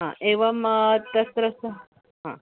हा एवं तत्र स हा